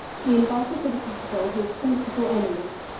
he invited to the capitol his principal enemies,